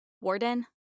Warden